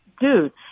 dude